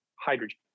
hydrogen